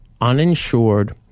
uninsured